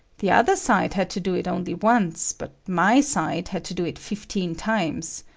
the other side had to do it only once, but my side had to do it fifteen times.